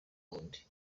bundi